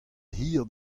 hir